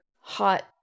hot